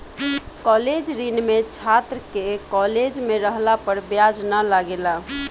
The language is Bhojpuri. कॉलेज ऋण में छात्र के कॉलेज में रहला पर ब्याज ना लागेला